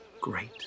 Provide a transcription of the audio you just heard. Great